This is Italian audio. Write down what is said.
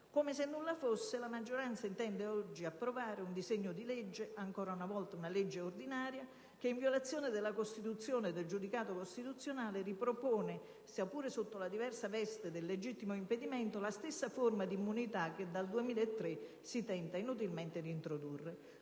come nulla fosse, la maggioranza intende approvare un disegno di legge (ancora una volta ordinaria) che, in violazione della Costituzione e del giudicato costituzionale, ripropone - ancorché sotto la diversa veste del "legittimo impedimento" - la stessa forma di immunità che dal 2003 si tenta di introdurre.